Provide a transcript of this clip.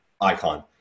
icon